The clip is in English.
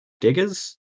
Diggers